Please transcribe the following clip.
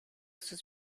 sus